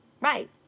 Right